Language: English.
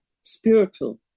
spiritual